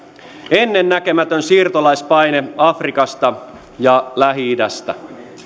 ennennäkemätön siirtolaispaine afrikasta ja lähi idästä